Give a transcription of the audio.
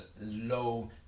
low